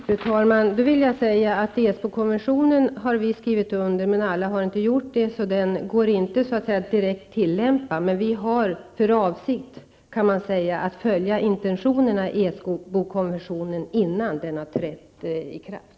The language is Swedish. Fru talman! Sverige har skrivit under Esbokonventionen, men alla har inte gjort det, så den går inte att tillämpa direkt. Men vi har för avsikt att följa intentionerna i Esbokonventionen innan den har trätt i kraft.